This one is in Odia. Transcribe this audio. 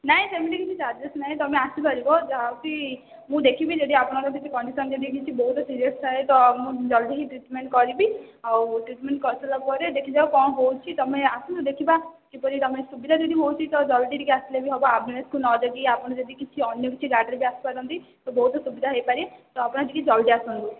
ନାହିଁ ସେମିତି କିଛି ଚାର୍ଜେସ ନାହିଁ ତୁମେ ଆସିପାରିବ ଯାହାବି ମୁଁ ଦେଖିବି ଯଦି ଆପଣଙ୍କର କିଛି କଣ୍ଡିସନ ଯଦି କିଛି ବହୁତ ସିରିଏସ ଥାଏ ତ ମୁଁ ଜଲଦି ହିଁ ଟ୍ରିଟମେଣ୍ଟ କରିବି ଆଉ ଟ୍ରିଟମେଣ୍ଟ କରିସାରିଲା ପରେ ଦେଖାଯାଉ କ'ଣ ହେଉଛି ତୁମେ ଆସିଲେ ଦେଖିବା କିପରି ତୁମେ ସୁବିଧା ଯଦି ହେଉଛି ତ ଜଲଦି ଟିକେ ଆସିଲେ ବି ହେବ ଆମ୍ବୁଲାନ୍ସକୁ ନ ଜଗି ଆପଣ ଯଦି କିଛି ଅନ୍ୟ କିଛି ଗାଡ଼ିରେ ବି ଆସିପାରନ୍ତି ତ ବହୁତ ସୁବିଧା ହେଇପାରେ ତ ଆପଣ ଟିକେ ଜଲଦି ଆସନ୍ତୁ